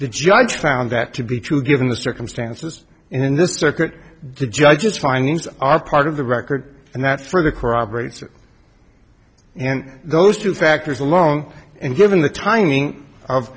the judge found that to be true given the circumstances in this circuit the judge's findings are part of the record and that's for the corroborates and those two factors along and given the timing of